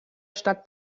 stadt